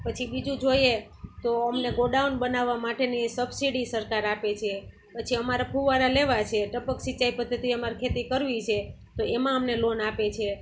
પછી બીજું જોઈએ તો અમને ગોડાઉન બનાવા માટેની સબસિડી સરકાર આપે છે પછી અમારા ફુવારા લેવા છે ટપક સિચાઈ પદ્ધતિ અમારે ખેતી કરવી છે તો એમા અમને લોન આપે છે